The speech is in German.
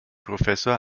professor